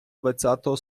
двадцятого